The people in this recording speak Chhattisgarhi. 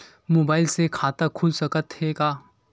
मुबाइल से खाता खुल सकथे का?